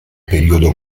periodo